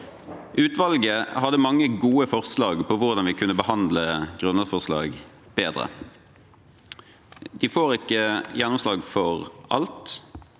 Utvalget hadde mange gode forslag til hvordan vi kunne behandle grunnlovsforslag bedre. De får ikke gjennomslag for alt.